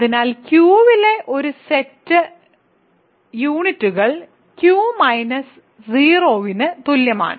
അതിനാൽ Q ലെ ഒരു സെറ്റ് യൂണിറ്റുകൾ Q - 0 ന് തുല്യമാണ്